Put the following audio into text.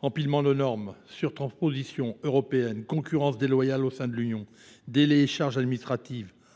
Empilement de normes sur transposition européenne, concurrence des loyales au sein de l'Union, délai et charges administratives